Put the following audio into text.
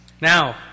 Now